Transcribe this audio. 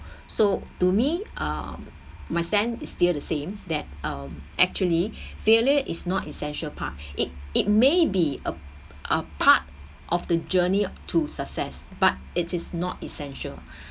so to me err my stand is still the same that um actually failure is still not essential part it it may be a a part of the journey to success but it is not essential